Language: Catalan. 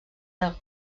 del